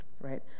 right